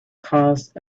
caused